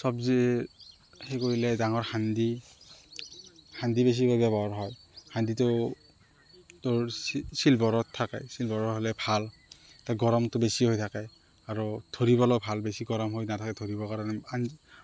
চবজি হেৰি কৰিলে ডাঙৰ সান্দি সান্দি বেছি ব্যৱহাৰ হয় সান্দিটো তোৰ চিলভাৰত থাকে চিলভাৰৰ হ'লে ভাল তে গৰমটো বেছি হৈ থাকে আৰু ধৰিবলৈ ভাল বেছি গৰম হৈ নাথাকে ধৰিবৰ কাৰণে